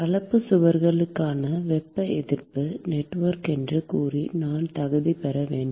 கலப்பு சுவர்களுக்கான வெப்ப எதிர்ப்பு நெட்வொர்க் என்று கூறி நான் தகுதி பெற வேண்டும்